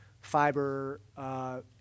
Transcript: fiber